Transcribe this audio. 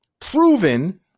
proven